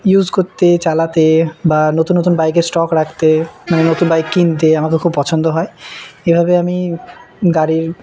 use করতে চালাতে বা নতুন নতুন বাইকের স্টক রাখতে মানে নতুন বাইক কিনতে আমাকে খুব পছন্দ হয় এভাবে আমি গাড়ির